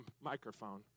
microphone